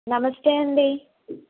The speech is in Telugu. నమస్తే అండి